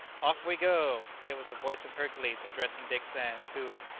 off we go! it was the voice of hercules addressing dick sands, who,